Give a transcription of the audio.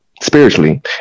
spiritually